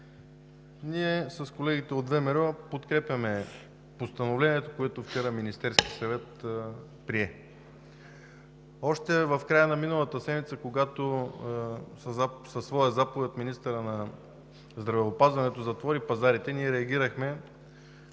Ние с колегите от ВМРО подкрепяме постановлението, което вчера Министерският съвет прие. Още в края на миналата седмица, когато със своя заповед министърът на здравеопазването затвори пазарите, ние реагирахме,